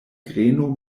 greno